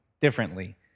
differently